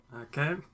Okay